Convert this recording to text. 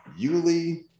Yuli